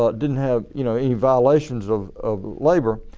but didn't have you know any violations of of labor,